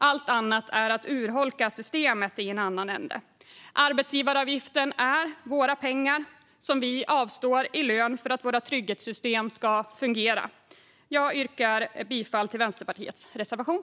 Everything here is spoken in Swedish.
Allt annat är att urholka systemet i en annan ände. Arbetsgivaravgifterna är våra pengar som vi avstår i lön för att våra trygghetssystem ska fungera. Jag yrkar bifall till Vänsterpartiets reservation.